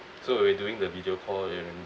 so we were doing the video call and